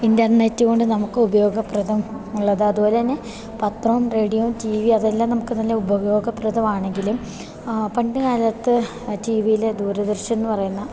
ഇൻ്റർനെറ്റുകൊണ്ട് നമുക്ക് ഉപയോഗപ്രദം ഉള്ളത് അതുപോലെതന്നെ പത്രവും റേഡിയോയും ടി വി അതെല്ലാം നമുക്ക് നല്ല ഉപയോഗപ്രദമാണെങ്കിലും പണ്ടുകാലത്ത് ടി വിയിലെ ദൂരദർശൻ എന്നു പറയുന്ന